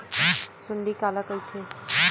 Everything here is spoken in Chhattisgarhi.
सुंडी काला कइथे?